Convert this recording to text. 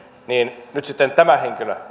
niin nyt sitten tämä henkilö